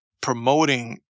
promoting